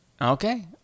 Okay